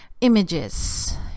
images